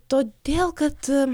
todėl kad